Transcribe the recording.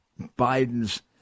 Biden's